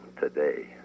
today